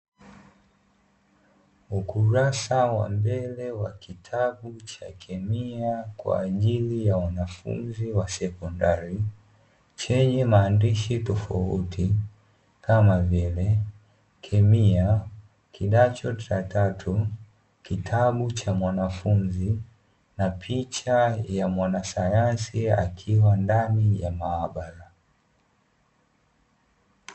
Ukurasa wa mbele wa kitabu cha kemia kwa ajili ya wanafunzi wa sekondari chenye maandishi tofauti kama vile: kemia, kidato cha tatu, kitabu cha mwanafunzi na picha ya mwanasayansi akiwa ndani ya maabara.